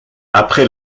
après